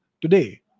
today